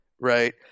right